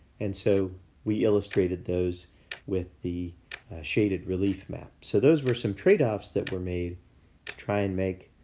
and so we illustrated those with the shaded relief map. so those were some trade-offs that were made to try and make